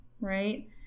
right